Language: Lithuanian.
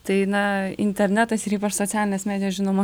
tai na internetas ir ypač socialinės medijos žinoma